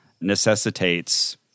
necessitates